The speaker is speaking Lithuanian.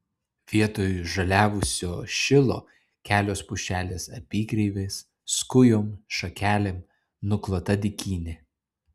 vietoj žaliavusio šilo kelios pušelės apykreivės skujom šakelėm nuklota dykynė